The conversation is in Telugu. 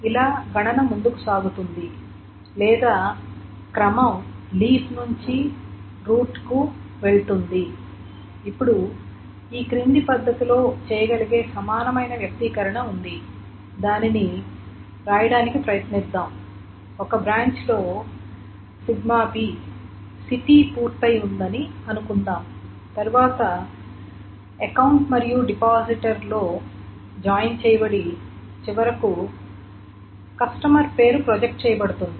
ఇలా గణన ముందుకు సాగుతుంది లేదా క్రమం లీఫ్ నుండి టాప్ కి వెళుతుంది ఇప్పుడు ఈ క్రింది పద్ధతిలో చేయగలిగే సమానమైన వ్యక్తీకరణ ఉంది దానిని వ్రాయడానికి ప్రయత్నిద్దాం ఒక బ్రాంచ్ లో σ B సిటీ పూర్తయి ఉందని అనుకుందాం ఆ తరువాత అకౌంట్ మరియు డిపాజిటర్లో జాయిన్ చేయబడి చివరకు కస్టమర్ పేరు ప్రోజెక్ట్ చేయబడుతుంది